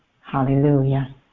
Hallelujah